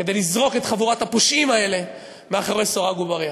כדי לזרוק את חבורת הפושעים האלה מאחורי סורג ובריח.